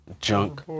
Junk